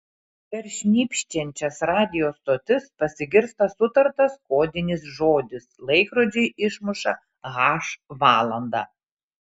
per šnypščiančias radijo stotis pasigirsta sutartas kodinis žodis laikrodžiai išmuša h valandą